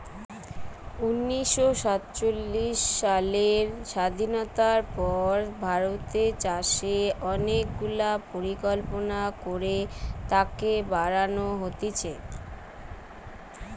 উনিশ শ সাতচল্লিশ সালের স্বাধীনতার পর ভারতের চাষে অনেক গুলা পরিকল্পনা করে তাকে বাড়ান হতিছে